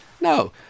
No